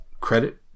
credit